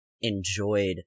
enjoyed